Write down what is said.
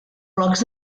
blocs